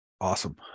Awesome